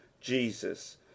jesus